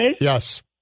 Yes